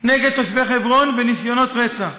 נגד תושבי חברון וניסיונות רצח.